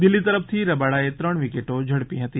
દિલ્ફી તરફથી રબાડાએ ત્રણ વિકેટો ઝડપી હતી